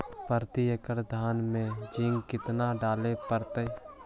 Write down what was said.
प्रती एकड़ धान मे जिंक कतना डाले पड़ताई?